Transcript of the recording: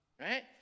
right